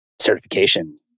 certification